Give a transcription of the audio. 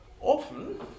often